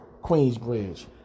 Queensbridge